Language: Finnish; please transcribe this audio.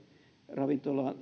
ravintolan